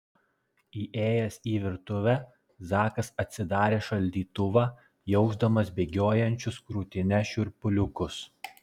įėjęs į virtuvę zakas atsidarė šaldytuvą jausdamas bėgiojančius krūtine šiurpuliukus